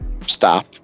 stop